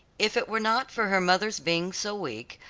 if it were not for her mother's being so weak,